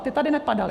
Ty tady nepadaly.